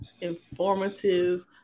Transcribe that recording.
informative